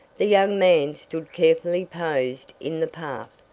the young man stood carefully posed in the path,